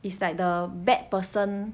is like the bad person